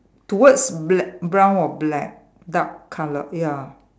towards black brown or black dark colour ya